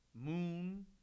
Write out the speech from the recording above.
Moon